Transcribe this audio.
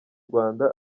rwanda